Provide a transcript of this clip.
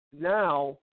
now